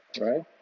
right